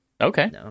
Okay